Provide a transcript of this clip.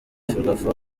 ferwafa